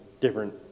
different